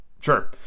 sure